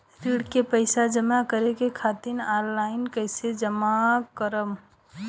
ऋण के पैसा जमा करें खातिर ऑनलाइन कइसे जमा करम?